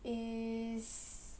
eh